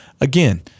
again